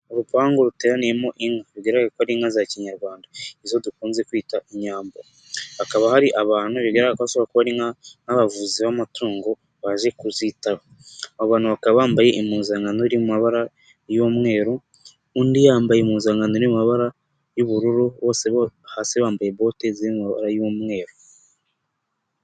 Urupangu ruteraniyemo inka, bigaragara ko ari inka za kinyarwanda izo dukunze kwita inyambo, hakaba hari abantu bigaragara ko bashobora kuba ari nk'abavuzi b'amatungo baje kuzitaho, abo bantu bakaba bambaye impuzankano iri mu mabara y'umweru, undi yambaye impuzankano iri mu mabara y'ubururu, bose hasi bambaye bote ziri mu mabara y'umweru.